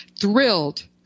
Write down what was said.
thrilled